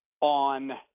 on